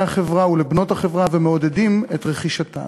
החברה ולבנות החברה ומעודדים את רכישתן.